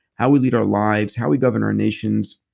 how we lead our lives, how we govern our nations.